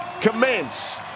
commence